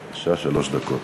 בבקשה, שלוש דקות.